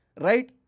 right